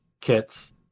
kits